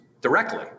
directly